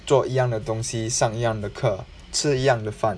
做一样的东西上一样的课吃一样的饭